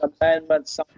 Amendment